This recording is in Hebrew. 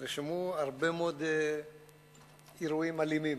הרבה מאוד אירועים אלימים.